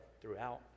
throughout